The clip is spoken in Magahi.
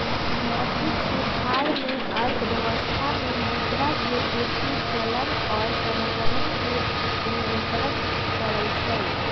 मौद्रिक सुधार में अर्थव्यवस्था में मुद्रा के पूर्ति, चलन आऽ संचालन के नियन्त्रण करइ छइ